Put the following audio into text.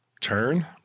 Turn